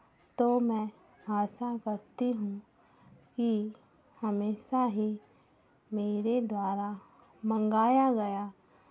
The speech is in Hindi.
तो मैं आशा करती हूँ कि हमेशा ही मेरे द्वारा मंगाया गया